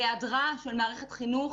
בהיעדרה של מערכת חינוך,